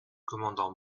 commandant